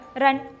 run